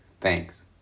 Thanks